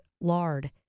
lard